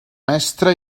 mestre